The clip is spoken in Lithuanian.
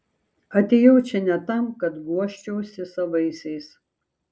atėjau čia ne tam kad guosčiausi savaisiais